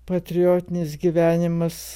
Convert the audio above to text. patriotinis gyvenimas